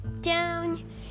down